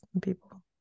people